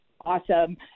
awesome